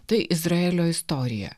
tai izraelio istorija